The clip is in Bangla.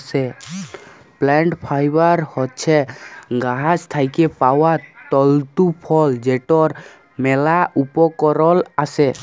প্লাল্ট ফাইবার হছে গাহাচ থ্যাইকে পাউয়া তল্তু ফল যেটর ম্যালা উপকরল আসে